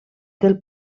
del